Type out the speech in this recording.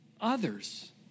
others